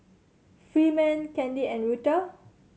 Freeman Candi and Rutha